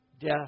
death